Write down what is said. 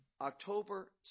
October